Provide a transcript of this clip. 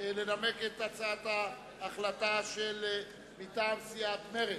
לנמק את הצעת ההחלטה מטעם סיעת מרצ.